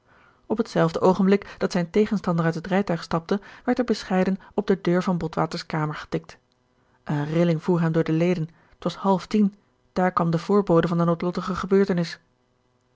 het zelfde oogenblik dat zijn tegenstander uit het rijtuig stapte werd er bescheiden op de deur van botwaters kamer getikt een rilling voer hem door de leden t was half tien daar kwam de voorbode van de noodlottige gebeurtenis